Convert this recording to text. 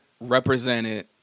represented